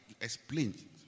explain